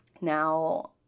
Now